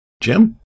Jim